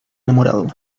enamorado